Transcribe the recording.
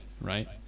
right